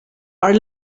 are